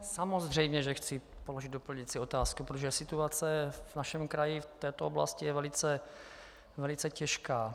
Samozřejmě chci položit doplňující otázku, protože situace v našem kraji v této oblasti je velice těžká.